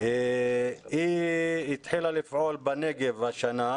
היא התחילה לפעול בנגב השנה.